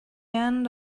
end